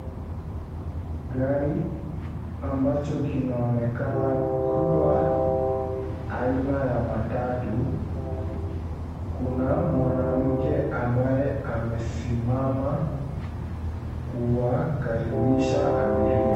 Gari ambacho kinaonekana kuwa aina ya matatu. Kuna mwanamke ambaye amesimama kuwakaribisha abiria.